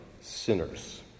sinners